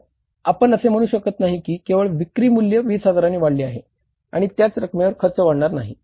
तर आपण असे म्हणू शकत नाही की केवळ विक्री मूल्य 20 हजारांनी वाढले आहे आणि त्याच रकमेवर खर्च वाढणार नाही